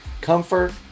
comfort